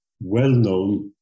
well-known